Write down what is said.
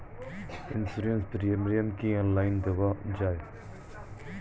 Insurance premium কি online দেওয়া যায়?